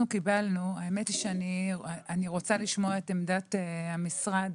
האמת היא שאם אפשר אני רוצה לשמוע את עמדת המשרד.